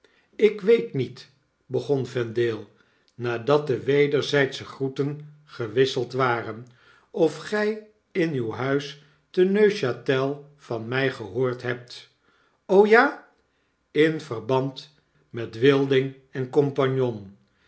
jk weet niet begon vendale nadat de wederzgdsche groeten gewisseld waren of gg in uw huis te n e u c h t e van mij gehoord hebt ja jn verband met wilding en